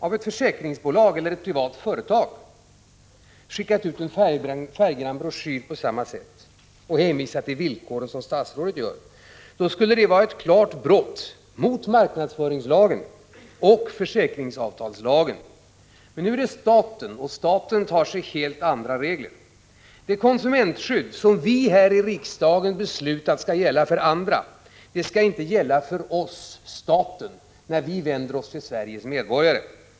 Om ett försäkringsbolag eller ett privat företag på samma sätt hade skickat ut en färggrann broschyr och — som statsrådet gör — hänvisat till villkoren, skulle det ha varit ett klart brott mot marknadsföringslagen och försäkringsavtalslagen. Men nu gäller det staten, och staten tillämpar helt andra regler. Det konsumentskydd som vi har beslutat om här i riksdagen gäller tydligen inte när staten vänder sig till Sveriges medborgare.